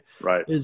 Right